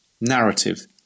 narrative